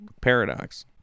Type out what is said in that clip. paradox